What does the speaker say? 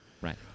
Right